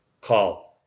call